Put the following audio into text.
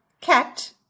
cat